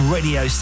Radio